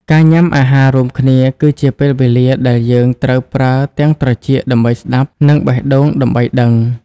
ការញ៉ាំអាហាររួមគ្នាគឺជាពេលវេលាដែលយើងត្រូវប្រើទាំងត្រចៀកដើម្បីស្ដាប់ និងបេះដូងដើម្បីដឹង។